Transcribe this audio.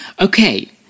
Okay